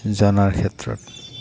জনাৰ ক্ষেত্ৰত